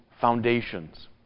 foundations